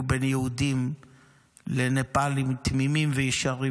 בין יהודים לנפאלים תמימים וישרים,